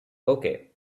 okay